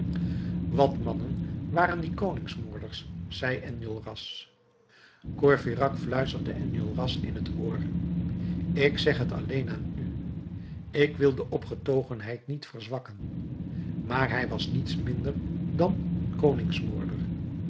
wat mannen waren die koningsmoorders zei enjolras courfeyrac fluisterde enjolras in t oor ik zeg t alleen aan u ik wil de opgetogenheid niet verzwakken maar hij was niets minder dan een koningsmoorder